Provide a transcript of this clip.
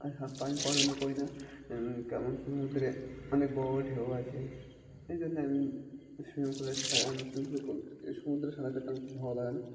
আর পানি পছন্দ করি না কেমন সমুদ্রে অনেক বড় বড় ঢেউ আছে এই জন্যে আমি সুইমিং পুলে সাঁতার আমি সুইমিং পুলে বলছি সমুদ্রে সাঁতার কাটতে আমার খুব ভালো লাগে না